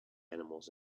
animals